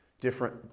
different